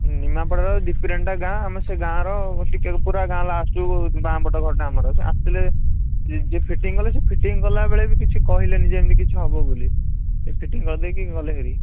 ନିମାପଡ଼ାର ଡିପିରେଣ୍ଡା ଗାଁ ଆମେ ସେ ଗାଁର ଟିକେ ପୁରା ଗାଁ ଲାଷ୍ଟକୁ ବାଆଁ ପଟ ଘରଟା ଆମର ଆସିଥିଲେ ଯିଏ ଫିଟିଂ କଲେ ଫିଟିଂ କଲାବେଳେ ବି କିଛି କହିଲେନି ଯେ ଏମିତି କିଛି ହବ ବୋଲି ସେ ଫିଟିଂ କରିଦେଇକି ଗଲେ ହେରି